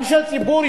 אנשי ציבור,